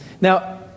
Now